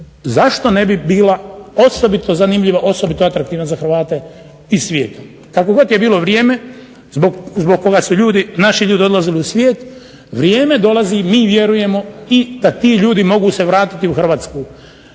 zašto ne bi bila osobito zanimljiva i osobito atraktivna za Hrvate iz svijeta. Kako god je bilo vrijeme zbog koga su ljudi naši odlazili u svijet vrijeme dolazi i mi vjerujemo da ti se ljudi mogu vratiti u Hrvatsku.